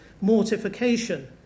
mortification